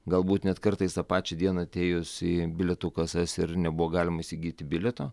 galbūt net kartais tą pačią dieną atėjus į bilietų kasas ir nebuvo galima įsigyti bilieto